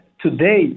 today